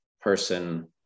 person